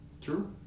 true